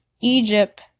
Egypt